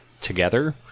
together